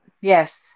yes